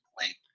wait